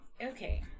Okay